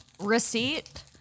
receipt